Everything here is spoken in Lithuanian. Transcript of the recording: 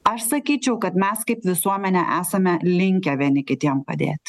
aš sakyčiau kad mes kaip visuomenė esame linkę vieni kitiem padėti